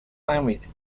language